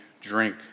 drink